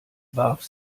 warf